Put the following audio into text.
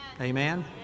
Amen